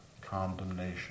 condemnation